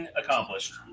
accomplished